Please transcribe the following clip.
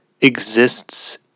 exists